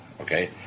okay